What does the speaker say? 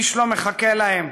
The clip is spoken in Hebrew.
איש לא מחכה להם.